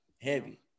Heavy